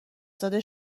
زاده